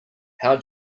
how